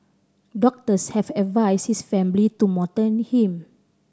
doctors have advised his family to him